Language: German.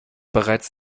bereits